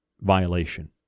violation